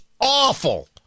awful